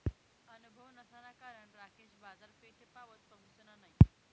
अनुभव नसाना कारण राकेश बाजारपेठपावत पहुसना नयी